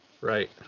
Right